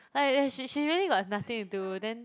like like she she really got nothing to do then